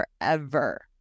forever